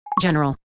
general